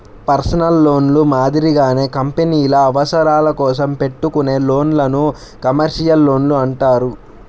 personal లోన్లు మాదిరిగానే కంపెనీల అవసరాల కోసం పెట్టుకునే లోన్లను కమర్షియల్ లోన్లు అంటారు